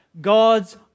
God's